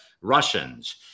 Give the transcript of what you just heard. Russians